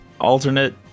alternate